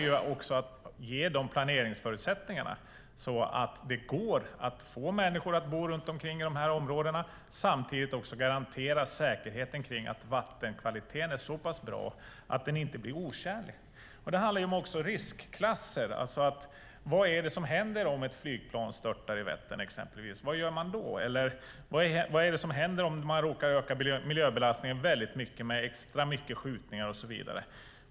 Man måste ge planeringsförutsättningar så att människor kan bo i de här områdena samtidigt som man garanterar att vattenkvaliteten är så bra att vattnet inte blir otjänligt. Det handlar också om riskklasser. Vad är det som händer om ett flygplan störtar exempelvis i Vättern? Vad gör man då? Eller vad händer om man råkar öka miljöbelastningen mycket med extra mycket skjutningar och så vidare?